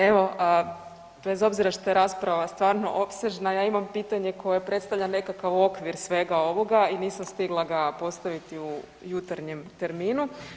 Evo, bez obzira šta je rasprava stvarno opsežna ja imam pitanje koje predstavlja nekakav okvir svega ovoga i nisam stigla ga postaviti u jutarnjem terminu.